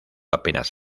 apenas